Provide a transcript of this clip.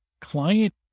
Client